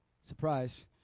surprise